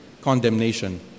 condemnation